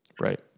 Right